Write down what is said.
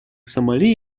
сомали